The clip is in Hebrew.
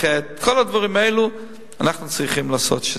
ח' את כל הדברים האלה אנחנו צריכים לעשות.